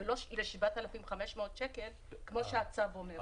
ולא ל-7,500 שקלים כמו שהצו אומר.